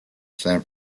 san